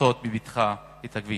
לחצות בבטחה את הכביש.